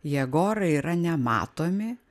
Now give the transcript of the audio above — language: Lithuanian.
jėgorai yra nematomi